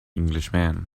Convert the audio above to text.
englishman